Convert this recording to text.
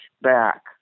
back